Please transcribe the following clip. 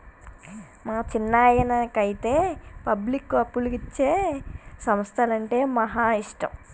మా చిన్నాయనకైతే పబ్లిక్కు అప్పులిచ్చే సంస్థలంటే మహా ఇష్టం